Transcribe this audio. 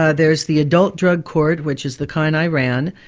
ah there's the adult drug court, which is the kind i ran,